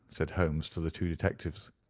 said holmes to the two detectives.